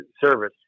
service